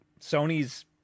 Sony's